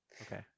Okay